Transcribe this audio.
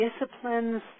disciplines